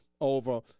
over